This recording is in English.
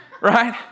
Right